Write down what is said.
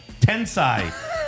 Tensai